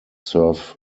serve